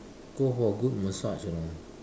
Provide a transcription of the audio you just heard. go for a good massage you know